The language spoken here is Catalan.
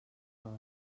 rosa